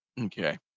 Okay